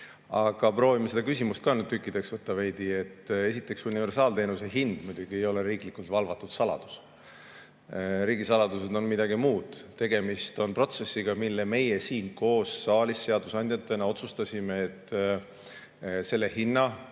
Aga proovime seda küsimust veidi tükkideks võtta. Esiteks, universaalteenuse hind ei ole muidugi riiklikult valvatud saladus. Riigisaladused on midagi muud. Tegemist on protsessiga. Meie siin koos saalis seadusandjatena otsustasime, et selle hinna